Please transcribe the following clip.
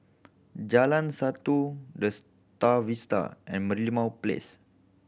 Jalan Satu The Star Vista and Merlimau Place